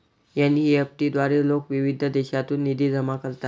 NEFT द्वारे लोक विविध देशांतून निधी जमा करतात